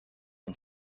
and